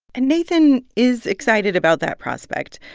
and nathan is excited about that prospect.